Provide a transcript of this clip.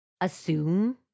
assume